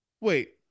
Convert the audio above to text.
Wait